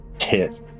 hit